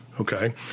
okay